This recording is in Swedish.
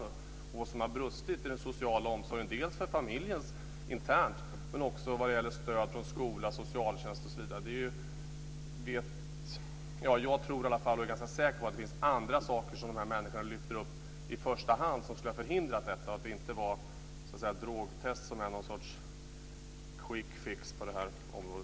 Det är fråga om vad som har brustit i den sociala omsorgen dels för familjen internt, dels vad gäller stöd från skola och socialtjänst osv. Jag är ganska säker på att dessa människor i första hand lyfter fram andra saker som skulle ha kunnat förhindra detta. Drogtest är inte någon sorts quick fix på detta område.